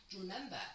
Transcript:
Remember